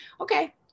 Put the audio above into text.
Okay